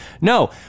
No